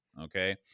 Okay